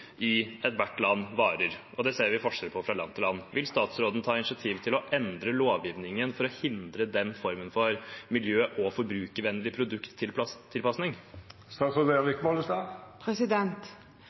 i det enkelte land varer, og det ser vi forskjell på fra land til land. Vil statsråden ta initiativ til å endre lovgivningen for å hindre den formen for miljø- og forbrukervennlig